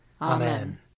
Amen